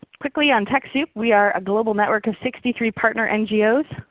quickly on techsoup, we are a global network of sixty three partner ngos.